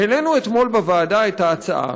העלינו אתמול בוועדה את ההצעה,